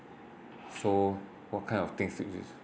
so what kind of thing you use